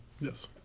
Yes